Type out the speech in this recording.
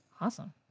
Awesome